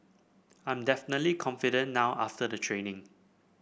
I'm definitely confident now after the training